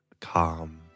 calm